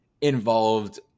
involved